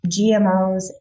GMOs